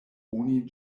oni